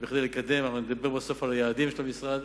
כדי לקדם, ואדבר בסוף על היעדים של המשרד,